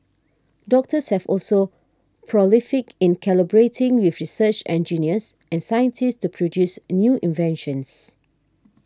doctors have also been prolific in collaborating with research engineers and scientists to produce new inventions